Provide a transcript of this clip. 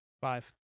five